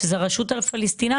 שזה הרשות הפלסטינאית.